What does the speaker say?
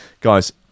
Guys